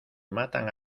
matan